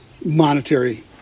monetary